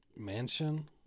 mansion